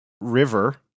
River